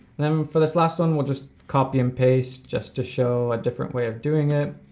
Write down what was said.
then for this last one, we'll just copy and paste, just to show a different way of doing it.